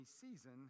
season